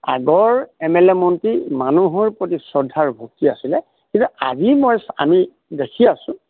আগৰ M L A মন্ত্ৰী মানুহৰ প্ৰতি শ্ৰদ্ধাৰ ভক্তি আছিলে কিন্তু আজি মই আমি দেখি আছোঁ